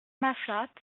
massat